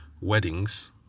weddings